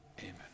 Amen